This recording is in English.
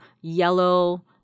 yellow